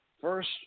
First